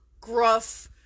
gruff